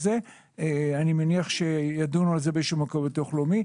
אני מניח שידונו על זה באיזשהו מקום בביטוח לאומי.